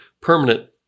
permanent